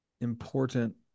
important